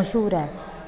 मश्हूर ऐ